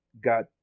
got